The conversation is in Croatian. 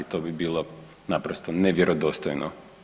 To bi bilo naprosto nevjerodostojno.